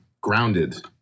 grounded